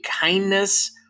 kindness